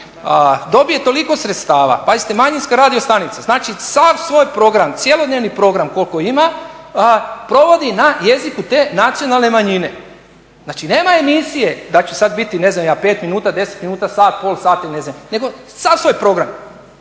dobije toliko sredstava, pazite, manjinska radio stanica, znači sav svoj program, cjelodnevni program koliko ima, provodi na jeziku te nacionalne manjine. Znači, nema emisije, da će sada biti, ne znam ja da će sada biti 5 minuta, 10 minuta, sat, pola sata ili ne znam nego sav svoj program